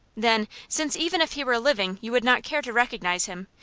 then, since even if he were living you would not care to recognize him,